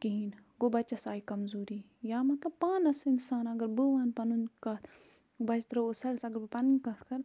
کِہیٖنۍ گوٚۄ بَچَس آیہِ کمزوٗری یا مطلب پانَس اِنسان اگر بہٕ وَنہٕ پَنُن کَتھ بَچہٕ ترٛاوُو سایڈَس اگر بہٕ پَنٕنۍ کَتھ کَرٕ